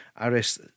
Aris